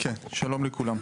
כן, שלום לכולם.